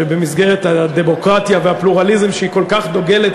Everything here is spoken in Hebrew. שבמסגרת הדמוקרטיה והפלורליזם שהיא כל כך דוגלת